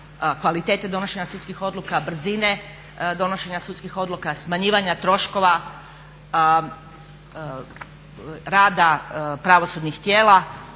kvalitete donošenja sudskih odluka, brzine donošenja sudskih odluka, smanjivanja troškova, rada pravosudnih tijela